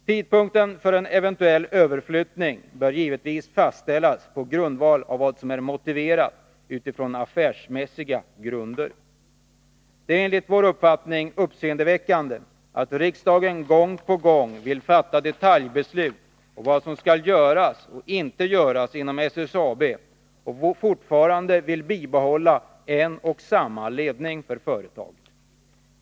Tidpunkten för en eventuell överflyttning bör givetvis fastställas på grundval av vad som är affärsmässigt motiverat. Det är enligt vår uppfattning uppseendeväckande att riksdagen gång på gång vill fatta detaljbeslut om vad som skall göras och inte göras inom SSAB och fortfarande vill bibehålla en och samma ledning för företaget.